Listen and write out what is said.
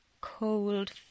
cold